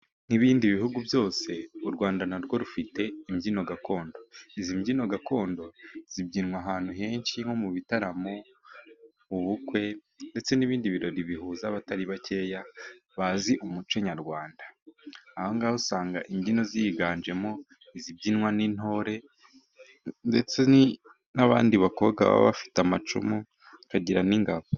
Nkibindi bihugu byose u Rwanda narwo rufite imbyino gakondo. Izi mbyino gakondo zibyinwa ahantu henshi nko mu bitaramo, mu bukwe, ndetse n'ibindi birori bihuza abatari bake bazi umuco nyarwanda. Aha ngaha usanga imbyino ziganjemo izibyinwa n'intore, ndetse n'abandi bakobwa baba bafite amacumu bakagira n'ingabo.